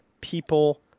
people